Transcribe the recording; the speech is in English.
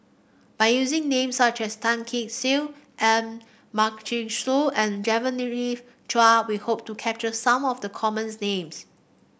by using name such as Tan Kee Sek M Karthigesu and Genevieve Chua we hope to capture some of the common names